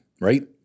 right